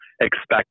expect